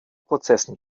prozessen